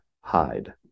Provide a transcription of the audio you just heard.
hide